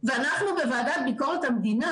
ואנחנו בוועדת ביקורת המדינה,